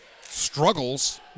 struggles